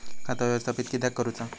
खाता व्यवस्थापित किद्यक करुचा?